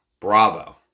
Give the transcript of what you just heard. Bravo